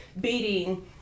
beating